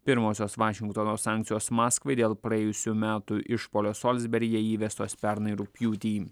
pirmosios vašingtono sankcijos maskvai dėl praėjusių metų išpuolio solsberyje įvestos pernai rugpjūtį